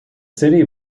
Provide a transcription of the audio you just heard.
city